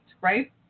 right